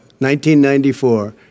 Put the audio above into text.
1994